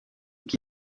qui